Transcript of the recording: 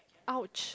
!ouch!